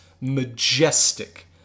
majestic